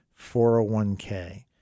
401k